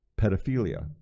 pedophilia